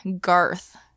Garth